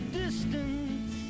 distance